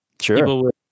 Sure